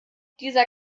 dieser